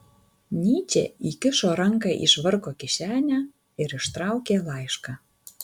nyčė įkišo ranką į švarko kišenę ir ištraukė laišką